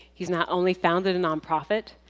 he's not only founded a non profit,